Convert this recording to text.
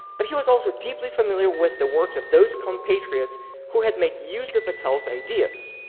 but he was also deeply familiar with the works of those compatriots who had made use of vattel's ideas.